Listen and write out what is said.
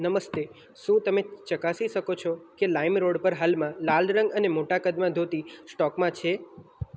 નમસ્તે શું તમે ચકાસી શકો છો કે લાઈમ રોડ પર હાલમાં લાલ રંગ અને મોટા કદમાં ધોતી સ્ટોકમાં છે